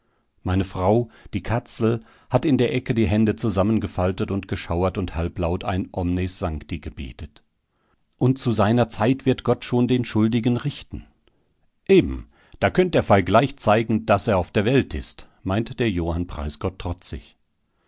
meine frau die katzel hat in der ecke die hände zusammengefaltet und geschauert und halblaut ein mnes sancti gebetet und zu seiner zeit wird gott schon den schuldigen richten eben da könnt er fei gleich zeigen daß er auf der welt ist meint der johann preisgott trotzig